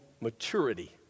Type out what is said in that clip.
maturity